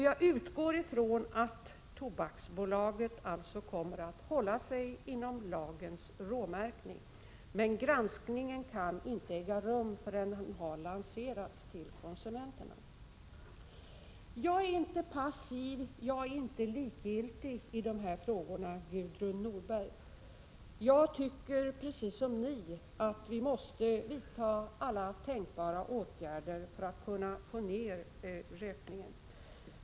Jag utgår från att Tobaksbolaget kommer att hålla sig inom lagens råmärken, men granskningen kan alltså inte äga rum förrän produkten lanserats till konsumenterna. Jag är inte passiv och inte likgiltig i de här frågorna, Gudrun Norberg. Jag tycker precis som ni att vi måste vidta alla tänkbara åtgärder för att få ned rökningen.